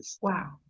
wow